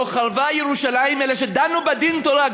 לא חרבה ירושלים, אלא שדנו בה דין תורה.